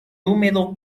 húmedo